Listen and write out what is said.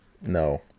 no